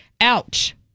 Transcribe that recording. Ouch